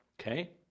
okay